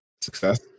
Success